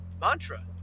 mantra